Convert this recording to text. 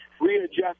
readjust